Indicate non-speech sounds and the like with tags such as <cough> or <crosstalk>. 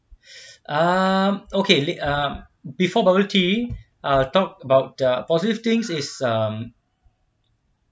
<breath> um okay um before bubble tea ah talk about the positive things is um